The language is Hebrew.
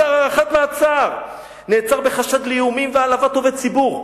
ישר הארכת מעצר: נעצר בחשד לאיומים והעלבת עובד ציבור,